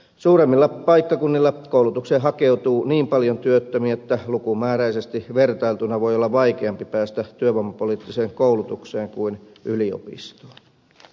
suuremmilla paikkakunnilla koulutukseen hakeutuu niin paljon työttömiä että lukumääräisesti vertailtuna voi olla vaikeampi päästä työvoimapoliittiseen koulutukseen kuin yliopistoon